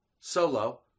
Solo